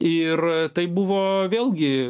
ir tai buvo vėlgi